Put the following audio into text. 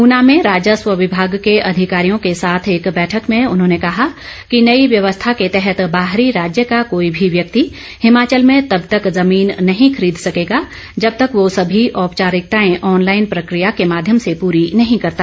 ऊना में राजस्व विमाग के अधिकारियों के साथ एक बैठक में उन्होंने कहा कि नई व्यवस्था के तहत बाहरी राज्य का कोई भी व्यक्ति हिमाचल में तब तक ज़मीन नहीं खरीद सकेगा जब तक वह सभी औपचारिकताएं ऑनलाईन प्रकिया के माध्यम से पूरी नहीं करता